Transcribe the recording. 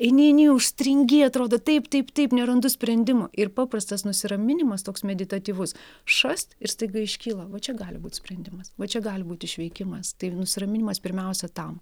eini eini užstringi atrodo taip taip taip nerandu sprendimų ir paprastas nusiraminimas toks meditatyvus šast ir staiga iškyla va čia gali būt sprendimas va čia gali būt išveikimas tai nusiraminimas pirmiausia tam